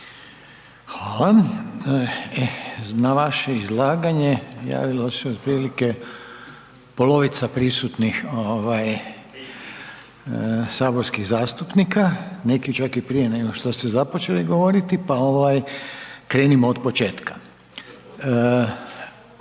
Hvala. Na vaše izlaganje javilo se otprilike polovica prisutnih saborskih zastupnika, neki čak i prije nego što ste započeli govoriti pa krenimo otpočetka.